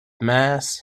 mass